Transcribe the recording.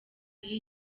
niyo